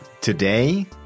Today